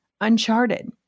uncharted